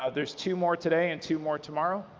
ah there's two more today and two more tomorrow.